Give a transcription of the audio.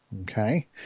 Okay